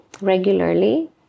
regularly